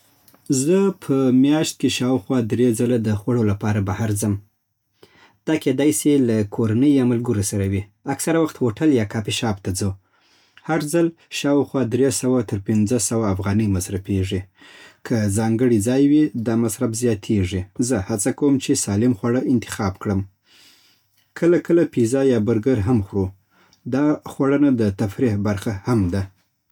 زه په میاشت کې شاوخوا درې ځله د خوړو لپاره بهر ځم. دا کیدای سي له کورنۍ یا ملګرو سره وي. اکثره وخت هوټل یا کافي شاپ ته ځو. هر ځل شاوخوا درې سوه تر پنځه سوه افغانۍ مصرفېږي. که ځانګړی ځای وي، دا مصرف زیاتېږي. زه هڅه کوم چې سالم خواړه انتخاب کړم. کله کله پیزا یا برګر هم خورو. دا خوړنه د تفریح برخه هم ده